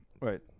Right